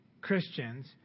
Christians